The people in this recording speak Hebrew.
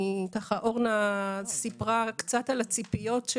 ככה אורנה סיפרה קצת על הציפיות של